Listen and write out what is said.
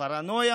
פרנויה